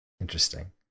Interesting